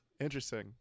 interesting